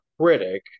critic